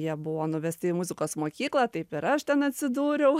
jie buvo nuvesti į muzikos mokyklą taip ir aš ten atsidūriau